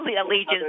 allegiance